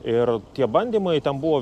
ir tie bandymai ten buvo